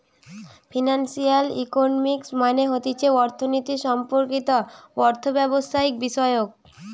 financial economics মানে হতিছে অর্থনীতি সম্পর্কিত অর্থব্যবস্থাবিষয়ক